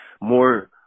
more